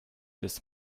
this